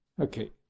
Okay